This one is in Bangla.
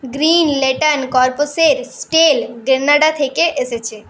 গ্রিন লেনটার্ন কর্পসের স্টেল গ্রেনডা থেকে এসেছে